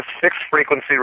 fixed-frequency